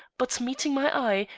but, meeting my eye,